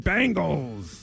Bengals